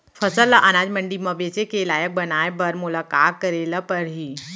फसल ल अनाज मंडी म बेचे के लायक बनाय बर मोला का करे ल परही?